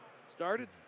Started